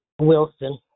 Wilson